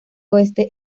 oeste